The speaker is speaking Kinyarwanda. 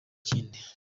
kindi